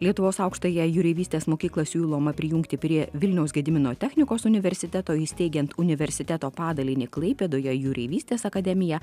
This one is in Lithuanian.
lietuvos aukštąją jūreivystės mokyklą siūloma prijungti prie vilniaus gedimino technikos universiteto įsteigiant universiteto padalinį klaipėdoje jūreivystės akademija